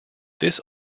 this